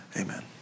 Amen